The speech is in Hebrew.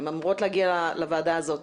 הן אמורות להגיע לוועדה הזו.